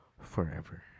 forever